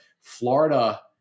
Florida